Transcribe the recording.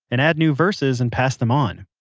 and add new verses and pass them on.